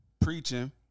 preaching